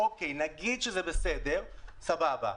אוקיי, נגיד שזה בסדר, סבבה.